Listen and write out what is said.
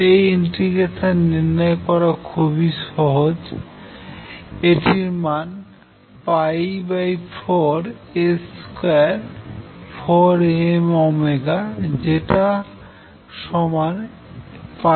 এই ইন্টিগ্রেশান নির্ণয় করা খুবই সহজ এটি মান 4A24mω হবে যেটা সমান mωA